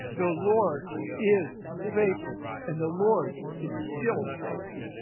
the lord is faithful and the lord is still faithful.